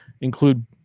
include